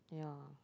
yeah